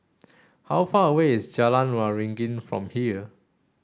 how far away is Jalan Waringin from here